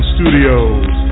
Studios